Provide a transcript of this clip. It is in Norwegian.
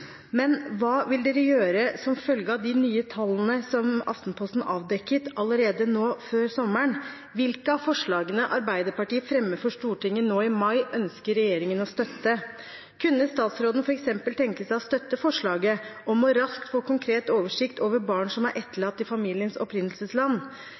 Men hva vil dere gjøre som følge av de nye tallene som Aftenposten avdekket, allerede nå før sommeren? Hvilke av forslagene Arbeiderpartiet fremmer for Stortinget nå i mai, ønsker regjeringen å støtte? Kunne statsråden f.eks. tenke seg å støtte forslaget om raskt å få konkret oversikt over barn som